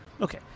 Okay